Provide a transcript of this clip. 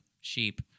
sheep